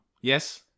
Yes